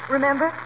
Remember